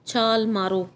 ਛਾਲ ਮਾਰੋ